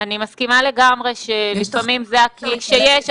אני מסכימה לגמרי שלפעמים זה הכלי שיש,